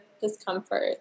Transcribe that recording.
discomfort